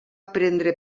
prendre